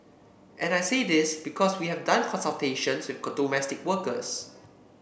and I say this because we have done consultations with domestic workers